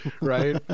right